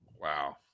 Wow